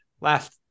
last